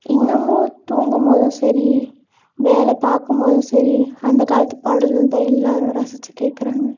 இன்னுமும் தூங்கும் போதும் சரி வேலை பார்க்கும் போதும் சரி அந்தக் காலத்து பாடல்கள் தான் எல்லோரும் ரசித்துக் கேட்கறாங்க